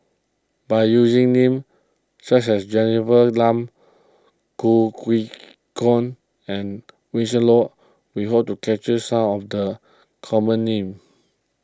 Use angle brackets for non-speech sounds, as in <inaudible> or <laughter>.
by using names such as Jennifer <unintelligible> Khoo <unintelligible> and Winston <unintelligible> we hope to capture some of the common names